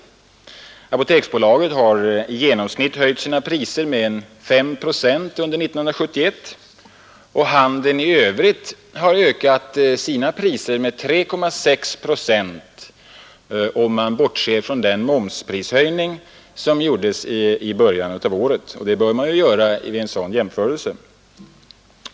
Apoteksbolaget har under 1971 höjt sina priser med i genomsnitt” 5 procent, och handeln i övrigt har ökat sina priser med 3,6 procent, om man bortser från den momsprishöjning som gjordes i början av året — och det bör man göra vid en sådan jämförelse.